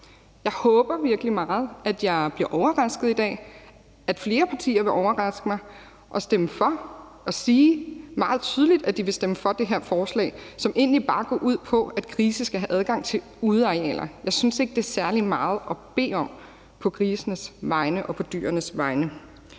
Jeg håber virkelig meget, at jeg bliver overrasket i dag, at flere partier vil overraske mig og sige meget tydeligt, at de vil stemme for det her forslag, som egentlig bare går ud på, at grise skal have adgang til udearealer. Jeg synes ikke, det er særlig meget at bede om på grisenes vegne og på dyrenes vegne.